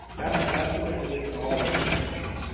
that's an estimate and it can always change.